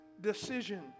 decision